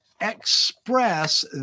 express